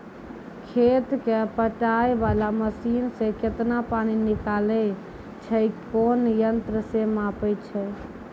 खेत कऽ पटाय वाला मसीन से केतना पानी निकलैय छै कोन यंत्र से नपाय छै